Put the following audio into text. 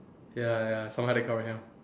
ya ya